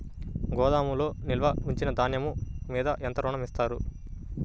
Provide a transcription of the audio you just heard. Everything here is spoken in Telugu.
గోదాములో నిల్వ ఉంచిన ధాన్యము మీద ఎంత ఋణం ఇస్తారు?